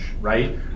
right